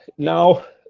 now,